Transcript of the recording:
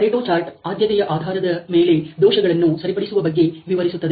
Pareto chart ಆದ್ಯತೆಯ ಆಧಾರದ ಮೇಲೆ ದೋಷಗಳನ್ನು ಸರಿಪಡಿಸುವ ಬಗ್ಗೆ ವಿವರಿಸುತ್ತದೆ